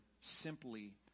simply